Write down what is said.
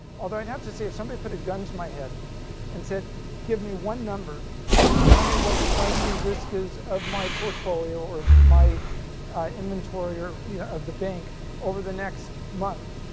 although i'd have to say if somebody put a gun to my head and said, give me one number to tell me what the likely risk is of my portfolio or if my inventory yeah of the bank over the next month,